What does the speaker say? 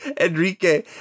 Enrique